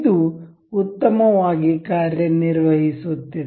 ಇದು ಉತ್ತಮವಾಗಿ ಕಾರ್ಯನಿರ್ವಹಿಸುತ್ತಿದೆ